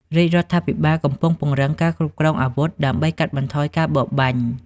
រាជរដ្ឋាភិបាលកំពុងពង្រឹងការគ្រប់គ្រងអាវុធដើម្បីកាត់បន្ថយការបរបាញ់។